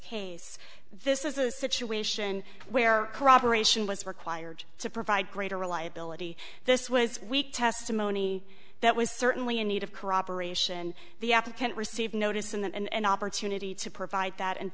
case this is a situation where corroboration was required to provide greater reliability this was weak testimony that was certainly in need of corroboration the applicant received notice of that and opportunity to provide that and